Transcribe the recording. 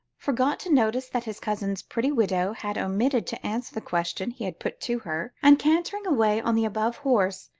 forgot to notice that his cousin's pretty widow had omitted to answer the question he had put to her, and cantering away on the above horse,